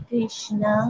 Krishna